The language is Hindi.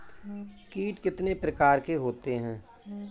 कीट कितने प्रकार के होते हैं?